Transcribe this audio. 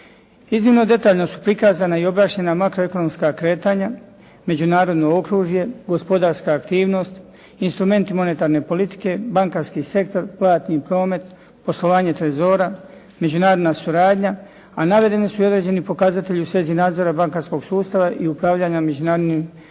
Iznimno detaljno su prikazana i objašnjena makroekonomska kretanja, međunarodno okružje, gospodarska aktivnost, instrumenti monetarne politike, bankarski sektor, platni promet, poslovanje trezora, međunarodna suradnja, a navedeni su i određeni pokazatelji u svezi nadzora bankarskog sustava i upravljanja međunarodnim deviznim